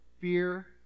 fear